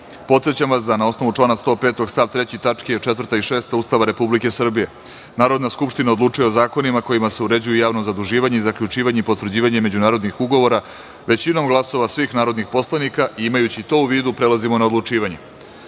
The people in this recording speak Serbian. podsećam vas da, na osnovu člana 105. stav 3. tačke 4) i 6) Ustava Republike Srbije, Narodna skupština odlučuje o zakonima kojima se uređuje javno zaduživanje i zaključivanje i potvrđivanje međunarodnih ugovora većinom glasova svih narodnih poslanika. Imajući to u vidu, prelazimo na odlučivanje. Četrnaesta